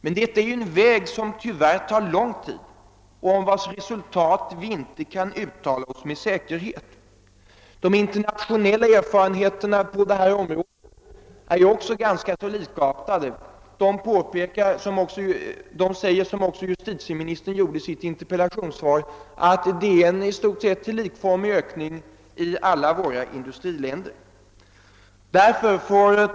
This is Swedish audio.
Men med den metoden tar det tyvärr lång tid och vi kan inte med säkerhet uttala oss om resultaten. De internationella erfarenheterna på detta område är också ganska likartade; de visar, som justitieministern också säger i sitt interpellationssvar, att det är en i stort sett likformig ökning i alla industriländer.